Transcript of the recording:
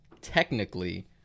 technically